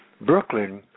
Brooklyn